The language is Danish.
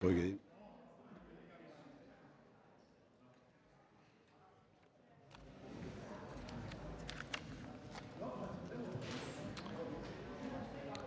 Hvad er det